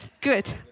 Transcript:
good